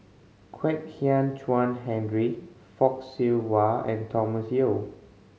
Kwek Hian Chuan Henry Fock Siew Wah and Thomas Yeo